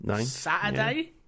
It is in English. Saturday